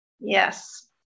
Yes